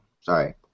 sorry